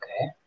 Okay